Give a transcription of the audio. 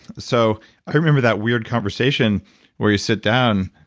so i remember that weird conversation where you sit down,